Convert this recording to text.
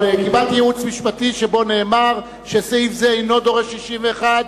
אבל קיבלתי ייעוץ משפטי שבו נאמר שסעיף זה אינו דורש 61,